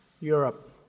Europe